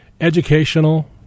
educational